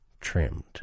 trimmed